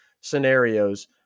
scenarios